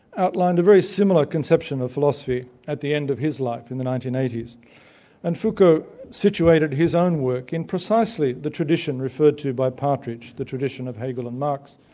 outlined a very similar conception of philosophy at the end of his life in the nineteen eighty s and foucault situated his own work in precisely the tradition referred to by partridge, the tradition of hegel and marx,